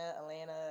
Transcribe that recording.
atlanta